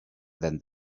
than